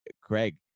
Craig